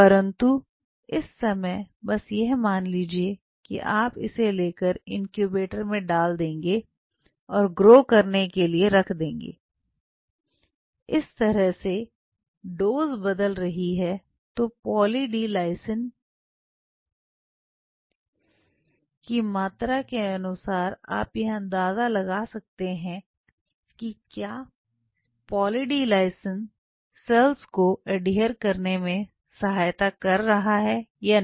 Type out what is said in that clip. परंतु इस समय बस यह मान लीजिए कि आप इसे लेकर इंक्यूबेटर में डाल देंगे और ग्रो करने के लिए रख देंगे इस तरह से डोज़ बदल रही है तो पाली डी लायसिन की मात्रा के अनुसार आप यह अंदाजा लगा सकते हैं कि क्या पाली डी लायसिन सर को ऐडहियर करने में सहायता कर रहा है या नहीं